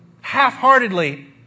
half-heartedly